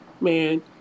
Man